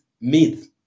myth